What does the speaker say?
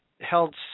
held